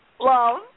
Love